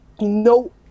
No